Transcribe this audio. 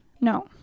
No